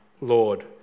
Lord